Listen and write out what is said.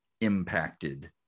impacted